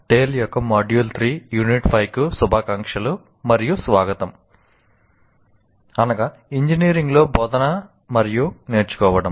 TALE యొక్క module 3 unit 5 కు శుభాకాంక్షలు మరియు స్వాగతం అనగా ఇంజనీరింగ్ లో బోధన మరియు నేర్చుకోవడం